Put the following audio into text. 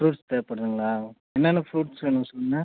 fruits தேவைப்படுதுங்களா என்னென்ன fruits வேணும் சொல்லுங்கள்